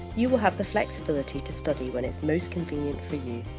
you will have the flexibility to study when it's most convenient for you.